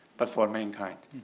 but for mankind.